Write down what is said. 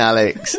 Alex